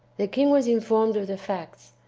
the king was informed of the facts,